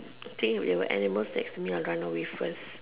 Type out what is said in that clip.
the thing if the animals sticks me I will run away first